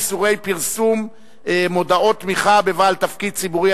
איסור פרסום מודעות תמיכה בבעל תפקיד ציבורי),